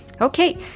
Okay